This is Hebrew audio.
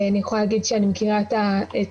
אני יכולה להגיד שאני מכירה את נושא